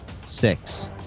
Six